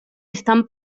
están